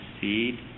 seed